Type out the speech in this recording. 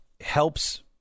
helps